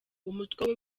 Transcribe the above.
umutwe